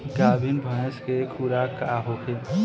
गाभिन भैंस के खुराक का होखे?